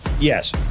Yes